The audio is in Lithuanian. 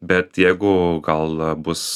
bet jeigu gal bus